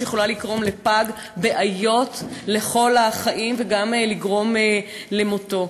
והיא יכולה לגרום לפג בעיות לכל החיים וגם לגרום למותו.